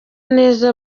neza